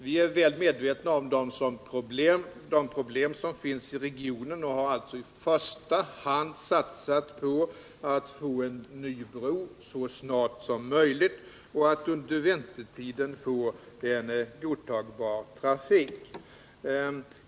Vi är väl medvetna om de problem som finns i regionen och har i första hand satsat på att få en ny bro så snart som möjligt och att under väntetiden upprätthålla en godtagbar trafik.